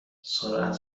سرعت